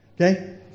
Okay